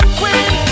queen